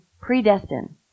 predestined